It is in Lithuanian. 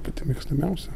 pati mėgstamiausia